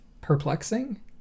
perplexing